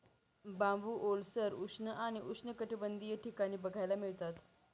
बांबू ओलसर, उष्ण आणि उष्णकटिबंधीय ठिकाणी बघायला मिळतात